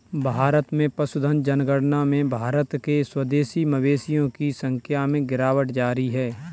भारत में पशुधन जनगणना में भारत के स्वदेशी मवेशियों की संख्या में गिरावट जारी है